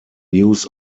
news